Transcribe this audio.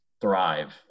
thrive